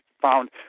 found